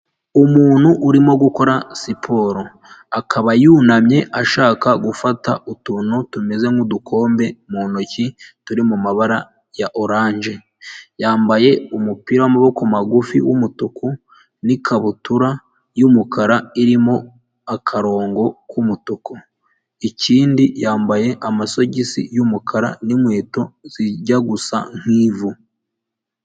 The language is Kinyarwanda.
Umuntu urimo gukora siporo, akaba yunamye ashaka gufata utuntu tumeze nk'udukombe mu ntoki turi mu mabara ya oranje, yambaye umupira w'amaboko magufi w'umutuku n'ikabutura y'umukara irimo akarongo k'umutuku, ikindi yambaye amasogisi y'umukara n'inkweto zijya gusa nk'ivu.